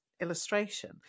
illustration